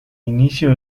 inicio